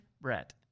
Brett